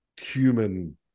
human